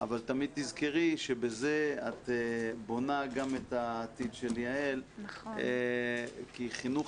אבל תמיד תזכרי שבזה את בונה גם את העתיד של יעל כי חינוך